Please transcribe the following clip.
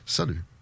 Salut